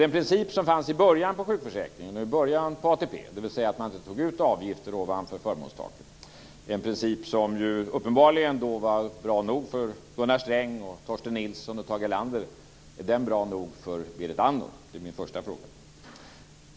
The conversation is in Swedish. Den princip som fanns i början på sjukförsäkringen, och i början på ATP, var att man inte tog ut avgifter ovanför förmånstaket. Är denna princip, som uppenbarligen var bra nog för Gunnar Sträng, Torsten Nilsson och Tage Erlander, bra nog för Berit Andnor? Det är min första fråga.